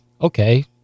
okay